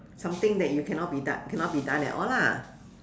something that you cannot be cannot be done at all lah